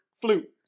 flute